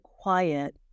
quiet